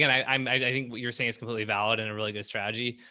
and i, um i think what you're saying is completely valid and a really good strategy.